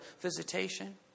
visitation